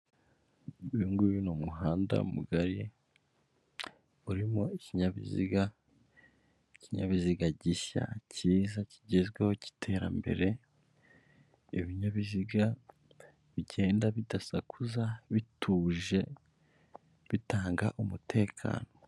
Nguyu ni umuhanda mugari urimo ikinyabiziga, ikinyabiziga gishya kiza kigezweho k'iterambere, ibinyabiziga bigenda bidasakuza bituje bitanga umutekano.